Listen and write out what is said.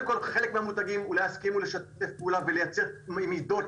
חלק מהמותגים אולי יסכימו לשתף פעולה ולייצר מידות